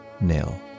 nil